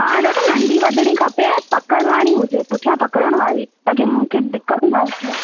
हा दादा नंढी वधिणी खपे ऐं पकड़ वारी हुजे पुठियां पकड़ण वारी ताकी मूंखे दिक़त न थिए